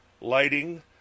lighting